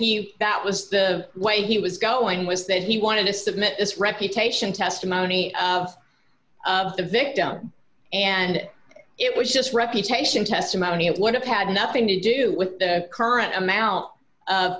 he that was the way he was going was that he wanted to submit this reputation testimony of the victim and it was just reputation testimony it would have had nothing to do with the current amount of